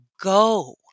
go